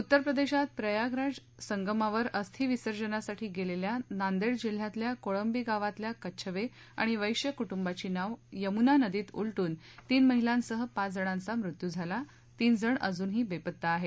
उत्तर प्रदेशात प्रयागराज संगमावर अस्थि विसर्जनासाठी गेलेल्या नांदेड जिल्ह्यातल्या कोळंबी गावातल्या कच्छवे आणि वैश्य कुटुंबांची नाव यम्ना नदीत उलटून तीन महिलांसह पाच जणांचा मृत्यू झाला तीन जण अजूनही बेपत्ता आहेत